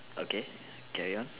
okay carry on